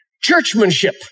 Churchmanship